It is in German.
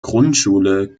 grundschule